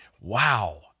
Wow